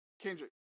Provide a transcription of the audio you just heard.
Kendrick